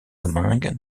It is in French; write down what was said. domingue